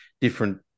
different